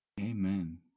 Amen